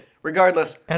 Regardless